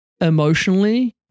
emotionally